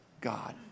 God